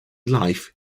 life